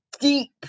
deep